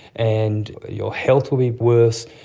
and your health will be worse,